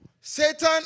Satan